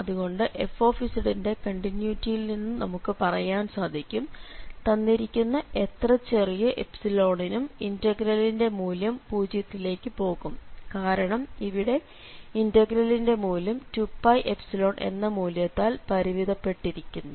അതുകൊണ്ട് f ന്റെ കണ്ടിന്യൂറ്റിയിൽ നിന്നും നമുക്ക് പറയാൻ സാധിക്കും തന്നിരിക്കുന്ന എത്ര ചെറിയ നും ഇന്റഗ്രലിന്റെ മൂല്യം പൂജ്യത്തിലേക്ക് പോകും കാരണം ഇവിടെ ഇന്റഗ്രലിന്റെ മൂല്യം 2πϵ എന്ന മൂല്യത്താൽ പരിമിതപ്പെട്ടിരിക്കുന്നു